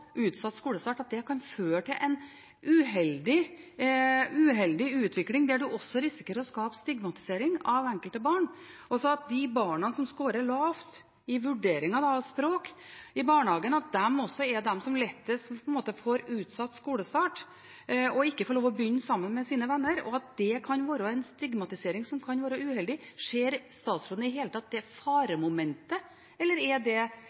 føre til en uheldig utvikling der en risikerer å skape stigmatisering av enkelte barn – altså at de barna som scorer lavt i vurderingen av språk i barnehagen, også er de som lettest får utsatt skolestart, og ikke får lov til å begynne sammen med sine venner, og at det kan være en stigmatisering som kan være uheldig? Ser statsråden i det hele tatt det faremomentet, eller er det